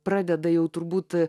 pradeda jau turbūt